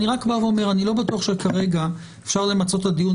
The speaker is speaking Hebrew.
אני אומר שאני לא בטוח שכרגע אפשר למצות את הדיון.